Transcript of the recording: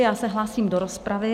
Já se hlásím do rozpravy.